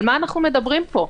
על מה אנחנו מדברים פה?